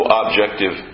objective